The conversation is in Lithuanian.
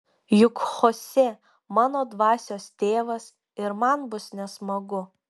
juk chosė mano dvasios tėvas ir man bus nesmagu